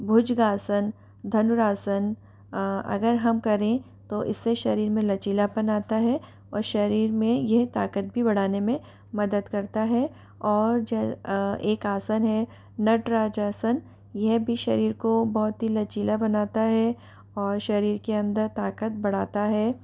भुजगासन धनुरासन अगर हम करें तो इससे शरीर में लचीलापन आता है और शरीर में यह ताकत भी बढ़ाने में मदद करता है और एक आसन है नटराज आसन यह भी शरीर को बहुत ही लचीला बनाता है और शरीर के अंदर ताकत बढ़ाता है